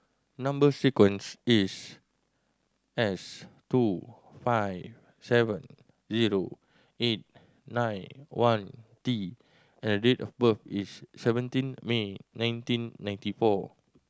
number sequence is S two five seven zero eight nine one T and date of birth is seventeen May nineteen ninety four